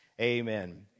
Amen